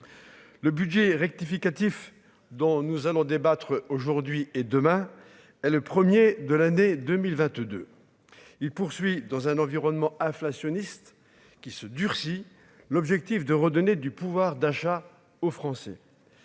le budget rectificatif dont nous allons débattre aujourd'hui et demain est le 1er de l'année 2022, il poursuit dans un environnement inflationniste qui se durcit, l'objectif de redonner du pouvoir d'achat aux Français,